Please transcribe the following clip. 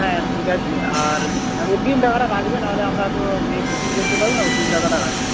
হ্যাঁ ঠিক আছে আর অগ্রিম টাকাটা লাগবে নাহলে আমরা তো নিয়ে বুকিং করতে পারবো না অগ্রিম টাকাটা লাগবে